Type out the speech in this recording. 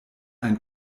ein